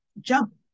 jump